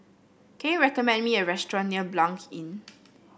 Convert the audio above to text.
can you recommend me a restaurant near Blanc Inn